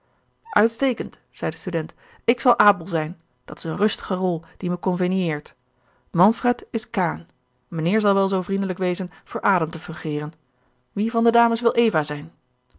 uitstekend zei de student ik zal abel zijn dat is een rustige rol die me convenieert manfred is kain mijnheer zal wel zoo vriendelijk wezen voor adam te fungeren wie van de dames wil eva zijn